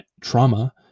trauma